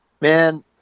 man